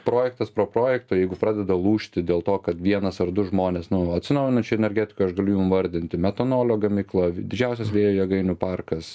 projektas pro projektą jeigu pradeda lūžti dėl to kad vienas ar du žmonės nu vat atsinaujinančią energetiką aš galiu metanolio gamykla didžiausias vėjo jėgainių parkas